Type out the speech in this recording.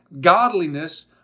godliness